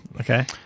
Okay